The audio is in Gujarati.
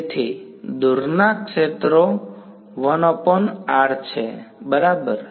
તેથી દૂરનાં ક્ષેત્રો 1r છે બરાબર